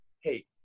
hey